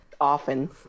Often